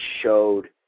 showed